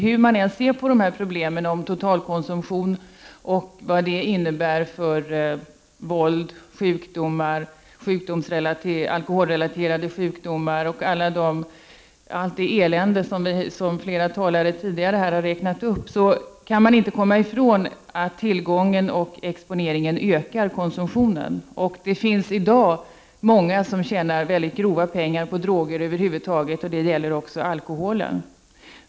Hur man än ser på problemen med totalkonsumtion och vad de innebär för våld, alkoholrelaterade sjukdomar och allt det elände som flera talare tidigare har nämnt, kan man inte komma ifrån att tillgången och exponeringen ökar konsumtionen. Det finns i dag många som tjänar grova pengar på droger, och det gäller också alkoholen.